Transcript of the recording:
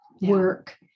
work